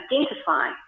identify